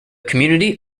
community